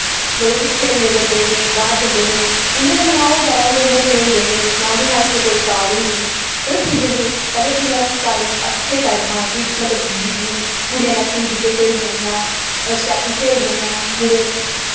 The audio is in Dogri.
मतलव कुछ खेलने जंदे हे बाह्र जंदे हे उंदे कन्नै ना ओह् जादा मोटे होंदे हे ना उंदा हैल्थ खराब होंदी ही मतलव ठीक रैंह्दे हे पैह्लैं किन्ना टाईम स्हेई टाईम हा कि मतलव कुड़ियां मैकसिमम गीह्टे खेलदियां हां स्टैपू खेलदियां हां मुड़े